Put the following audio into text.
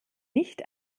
nicht